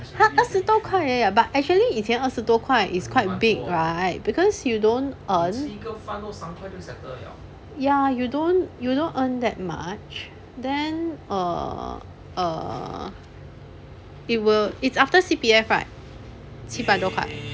!huh! 二十多块而已 ah but actually 以前二十多块 is quite big right because you don't earn ya you don't you don't earn that much then err err it will it's after C_P_F right 七百多块